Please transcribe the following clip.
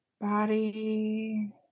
body